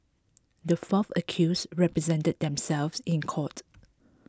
the four accused represented themselves in court